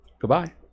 Goodbye